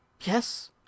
Yes